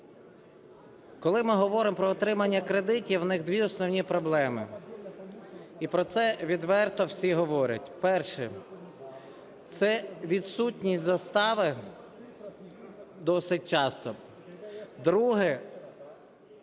Коли ми говоримо про отримання кредитів, в них дві основні проблеми, і про це відверто всі говорять. Перше - це відсутність застави досить часто. Друге,